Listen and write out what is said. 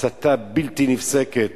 הסתה בלתי נפסקת